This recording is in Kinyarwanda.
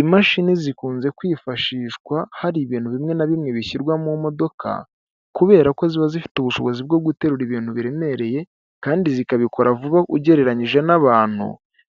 Imashini zikunze kwifashishwa hari ibintu bimwe na bimwe bishyirwa mu modoka, kubera ko ziba zifite ubushobozi bwo guterura ibintu biremereye, kandi zikabikora vuba ugereranyije n'abantu,